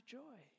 joy